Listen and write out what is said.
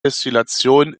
destillation